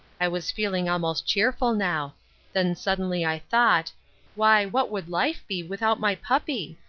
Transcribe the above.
i was feeling almost cheerful now then suddenly i thought why, what would life be without my puppy!